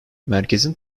merkezin